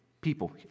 people